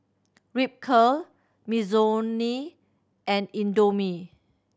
Ripcurl Mizuno and Indomie